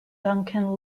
duncan